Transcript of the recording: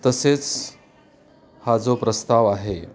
तसेच हा जो प्रस्ताव आहे